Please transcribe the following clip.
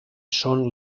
són